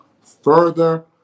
further